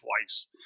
twice